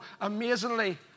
amazingly